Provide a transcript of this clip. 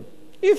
אי-אפשר,